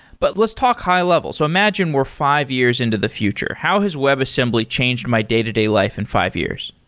but let's talk high-level. so imagine we're five years into the future. how has web assembly change my day-to-day life in five years?